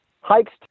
hikes